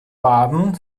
baden